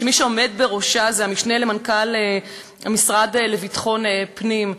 שעומד בראשה המשנה למנכ"ל המשרד לביטחון פנים.